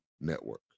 network